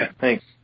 thanks